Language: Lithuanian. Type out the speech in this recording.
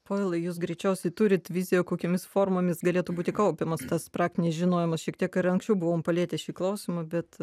povilai jūs greičiausiai turit viziją kokiomis formomis galėtų būti kaupiamas tas praktinis žinojimas šiek tiek ir anksčiau buvom palietę šį klausimą bet